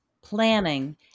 planning